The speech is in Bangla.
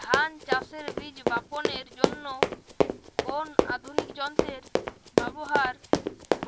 ধান চাষের বীজ বাপনের জন্য কোন আধুনিক যন্ত্রের ব্যাবহার